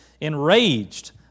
enraged